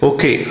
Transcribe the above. Okay